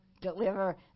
deliver